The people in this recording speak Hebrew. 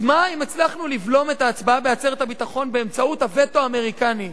אז מה אם הצלחנו לבלום את ההצבעה בעצרת הביטחון באמצעות הווטו האמריקני?